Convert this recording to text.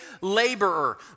laborer